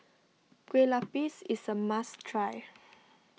Kueh Lapis is a must try